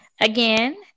again